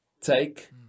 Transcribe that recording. Take